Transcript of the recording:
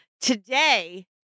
Today